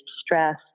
stress